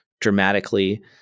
dramatically